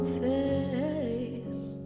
face